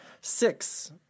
Six